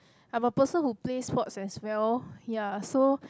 I'm a person who plays sports as well ya so